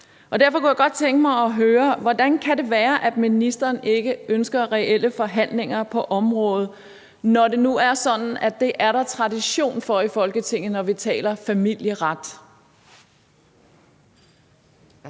Derfor kunne jeg godt tænke mig at høre om noget: Hvordan kan det være, at ministeren ikke ønsker reelle forhandlinger på området, når det nu er sådan, at der i Folketinget er tradition for det, når vi taler familieret?